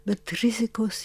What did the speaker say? bet rizikos